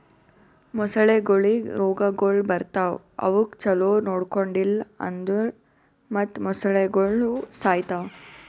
ಮೊಸಳೆಗೊಳಿಗ್ ರೋಗಗೊಳ್ ಬರ್ತಾವ್ ಅವುಕ್ ಛಲೋ ನೊಡ್ಕೊಂಡಿಲ್ ಅಂದುರ್ ಮತ್ತ್ ಮೊಸಳೆಗೋಳು ಸಾಯಿತಾವ್